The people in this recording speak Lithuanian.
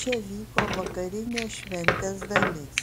čia vyko vakarinė šventės dalis